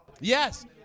yes